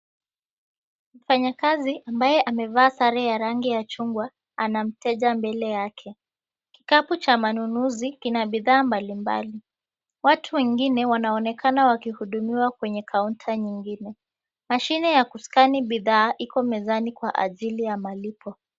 Mfanyikazi ambaye amevaa sare ya rangi ya chungwa ana mteja mbele yake. Kikapu cha manunuzi kina bidhaa mbalimbali. Watu wengine wanaonekana wakihudumiwa kwenye counter nyingine. Mashine ya kuscan bidhaa iko mezani kwa ajilinya malipo.